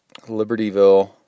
Libertyville